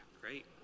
Great